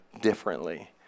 differently